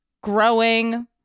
growing